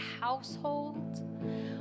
household